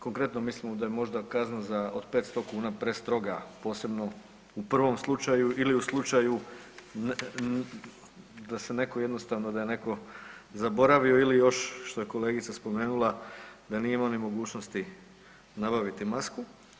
Konkretno mislimo da je možda kazna za od 500 kuna prestroga posebno u prvom slučaju ili u slučaju da se netko jednostavno, da je netko zaboravio ili još što je kolegica spomenula da nije imao ni mogućnosti nabaviti masku.